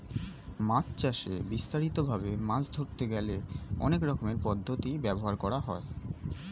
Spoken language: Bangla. মাছ চাষে বিস্তারিত ভাবে মাছ ধরতে গেলে অনেক রকমের পদ্ধতি ব্যবহার করা হয়